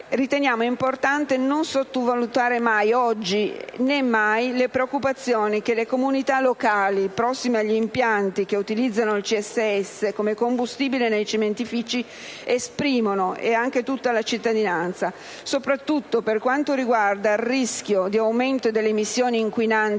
invece importante non sottovalutare oggi né mai le preoccupazioni che esprimono le comunità locali prossime agli impianti che utilizzano il CSS come combustibile nei cementifici e anche tutta la cittadinanza, soprattutto per quanto riguarda il rischio di aumento delle emissioni inquinanti,